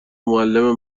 معلم